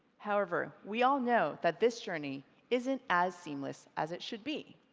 however we all know that this journey isn't as seamless as it should be.